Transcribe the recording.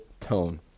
tone